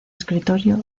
escritorio